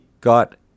got